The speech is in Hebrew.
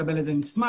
לקבל איזה מסמך.